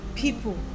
people